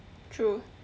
true